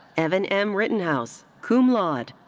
evan m. rittenhouse, cum laude.